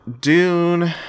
Dune